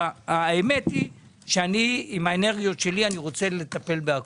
האמת היא שעם האנרגיות שלי אני רוצה לטפל בכול,